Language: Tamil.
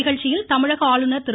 நிகழ்ச்சியில் தமிழக ஆளுநர் திரு